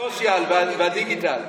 ה-social והדיגיטל.